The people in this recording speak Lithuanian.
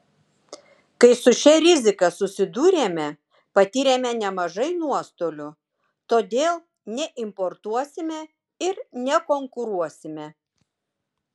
kai su šia rizika susidūrėme patyrėme nemažai nuostolių todėl neimportuosime ir nekonkuruosime